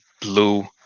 blue